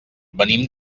venim